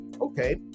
okay